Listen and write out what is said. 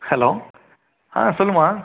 hello ஆ சொல்லும்மா